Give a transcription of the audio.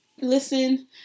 listen